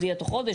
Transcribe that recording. יודיעו תוך חודש?